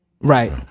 Right